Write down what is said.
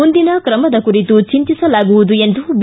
ಮುಂದಿನ ಕ್ರಮದ ಕುರಿತು ಚಿಂತಿಸಲಾಗುವುದು ಎಂದು ಬಿ